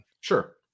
Sure